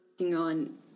on